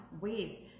ways